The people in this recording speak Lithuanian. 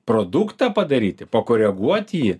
produktą padaryti pakoreguoti jį